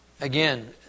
again